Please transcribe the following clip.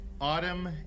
Autumn